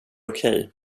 okej